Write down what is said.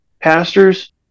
Pastors